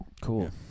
Cool